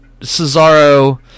Cesaro